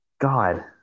God